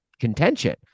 contention